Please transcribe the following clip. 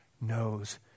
knows